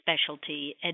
specialty